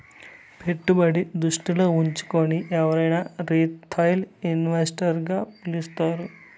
పెట్టుబడి దృష్టిలో ఉంచుకుని ఎవరినైనా రిటైల్ ఇన్వెస్టర్ గా పిలుస్తారు